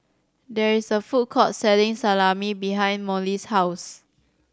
there is a food court selling Salami behind Mollie's house